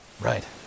Right